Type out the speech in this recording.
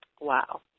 Wow